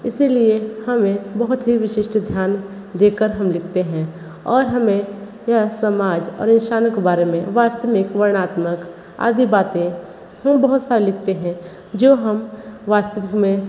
इसीलिए हमें बहुत ही विशिष्ट ध्यान दे कर हम लिखते हैं और हमें यह समाज और इंसानों के बारे में वास्तव में एक वर्णनात्मक आदि बातें हम बहुत सारे लिखते हैं जो हम वास्तविक में